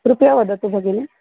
कृपया वदतु भगिनी